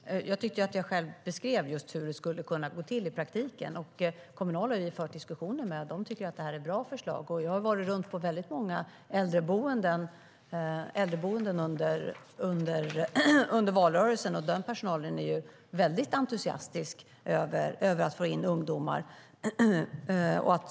Fru talman! Jag tycker att jag beskrev just hur det skulle kunna gå till i praktiken. Vi har fört diskussioner med Kommunal. De tycker att det här är ett bra förslag. Och jag har varit runt på många äldreboenden under valrörelsen, och personalen där är väldigt entusiastisk över att få in ungdomar.